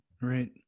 Right